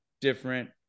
different